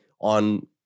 on